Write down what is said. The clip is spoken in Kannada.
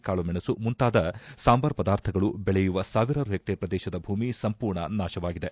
ಕಾಳುಮೆಣಸು ಮುಂತಾದ ಸಾಂಬಾರ ಪದಾರ್ಥಗಳು ಬೆಳೆಲಯುವ ಸಾವಿರಾರು ಹೆಕ್ಟೇರ್ ಶ್ರದೇಶದ ಭೂಮಿ ಸಂಪೂರ್ಣ ನಾಶವಾಗಿದೆ